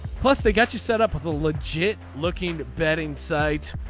plus they get you set up with a legit looking betting site.